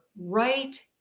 right